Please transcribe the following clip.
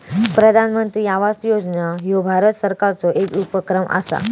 प्रधानमंत्री आवास योजना ह्यो भारत सरकारचो येक उपक्रम असा